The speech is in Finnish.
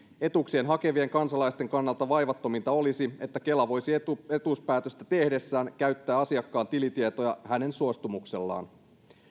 etuuksiaan hakevien kansalaisten kannalta vaivattominta olisi että kela voisi etuuspäätöstä tehdessään käyttää asiakkaan tilitietoja hänen suostumuksellaan